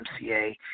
MCA